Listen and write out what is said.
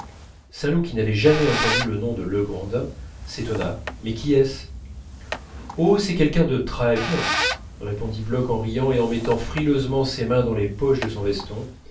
saint loup qui n'avait jamais entendu le nom de legrandin s'étonna mais qui est-ce oh c'est quelqu'un de très bien répondit bloch en riant et en mettant frileusement ses mains dans les poches de son veston